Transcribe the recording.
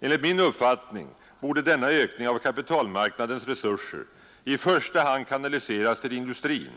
Enligt min uppfattning borde denna ökning av kapitalmarknadens resurser i första hand kanaliseras till industrin